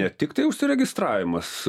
ne tiktai užsiregistravimas